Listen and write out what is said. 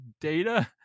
data